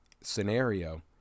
scenario